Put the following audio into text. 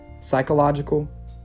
psychological